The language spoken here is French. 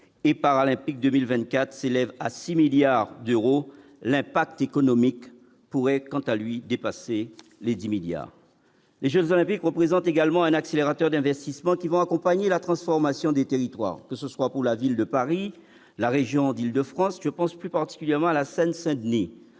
et paralympiques 2024 c'est lève à 6 milliards d'euros, l'impact économique pourrait quant à lui, dépasser les 10 milliards les Jeux olympiques représentent également un accélérateur d'investissements qui vont accompagner la transformation des territoires, que ce soit pour la Ville de Paris, la région d'Île-de-France je pense plus particulièrement à la Seine-Saint-Denis